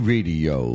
Radio